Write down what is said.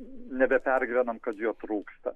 nebepergyvenam kad jo trūksta